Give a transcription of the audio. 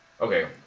okay